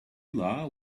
law